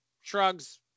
Shrugs